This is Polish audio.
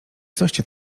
coście